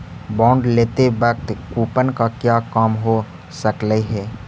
bond लेते वक्त coupon का क्या काम हो सकलई हे